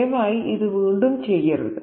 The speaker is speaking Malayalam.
ദയവായി ഇത് വീണ്ടും ചെയ്യരുത്